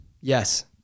Yes